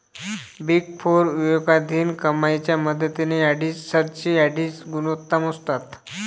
big four विवेकाधीन कमाईच्या मदतीने ऑडिटर्सची ऑडिट गुणवत्ता मोजतात